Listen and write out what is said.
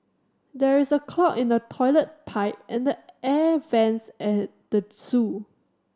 there is a clog in the toilet pipe and the air vents at the zoo